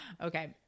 Okay